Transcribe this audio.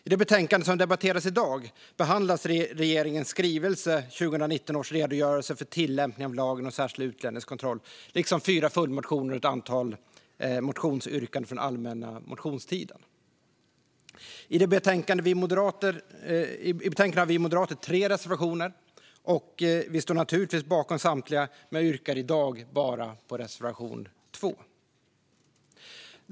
I det betänkande som debatteras i dag behandlas regeringens skrivelse 2019 års redogörelse för tillämpningen av lagen om särskild utlänningskontroll liksom fyra följdmotioner och ett antal motionsyrkanden från den allmänna motionstiden. I betänkandet har vi moderater tre reservationer. Vi står naturligtvis bakom samtliga, men jag yrkar i dag bifall endast till reservation 2.